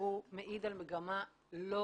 שמעידה על מגמה לא